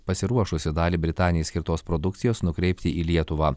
pasiruošusi dalį britanijai skirtos produkcijos nukreipti į lietuvą